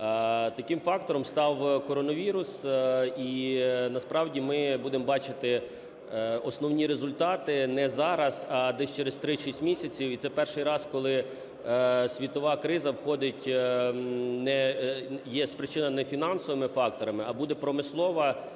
Таким фактором став коронавірус, і насправді ми будемо бачити основні результати не зараз, а десь через 3-6 місяців. І це перший раз, коли світова криза спричинена не фінансовими факторами, а буде промислова